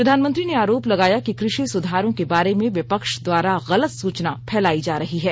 प्रधानमंत्री ने आरोप लगाया कि कृषि सुधारों के बारे में विपक्ष द्वारा गलत सूचना फैलाई जा रही है